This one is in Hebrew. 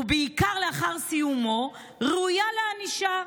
ובעיקר לאחר סיומו, ראויה לענישה,